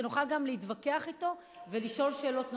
שנוכל גם להתווכח אתו ולשאול שאלות נוספות,